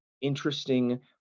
interesting